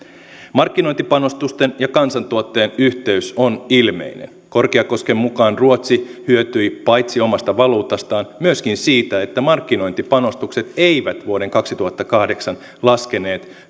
markkinointipanostusten ja kansantuotteen yhteys on ilmeinen korkiakosken mukaan ruotsi hyötyi paitsi omasta valuutastaan myöskin siitä että markkinointipanostukset eivät vuoden kaksituhattakahdeksan osalta laskeneet